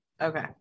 Okay